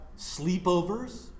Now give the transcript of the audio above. sleepovers